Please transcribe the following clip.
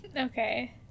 Okay